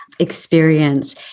experience